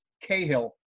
Cahill